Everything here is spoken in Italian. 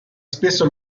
spesso